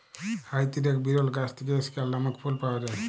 হাইতির এক বিরল গাছ থেক্যে স্কেয়ান লামক ফুল পাওয়া যায়